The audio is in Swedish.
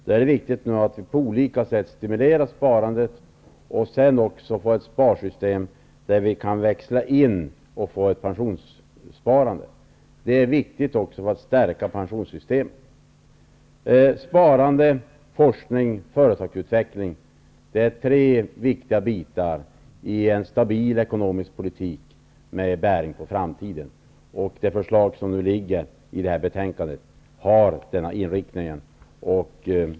Det är viktigt att vi på olika sätt stimulerar sparandet och sedan skapar ett sparsystem där det går att växla in till ett pensionssparande. Det är också viktigt för att stärka pensionssystemet. Sparande, forskning och företagsutveckling är tre viktiga delar i en stabil ekonomisk politik med bäring på framtiden. Det förslag som nu finns i betänkandet har denna inriktning.